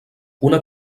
una